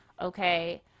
okay